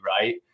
right